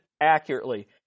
accurately